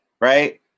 right